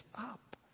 up